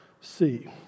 see